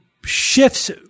shifts